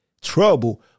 trouble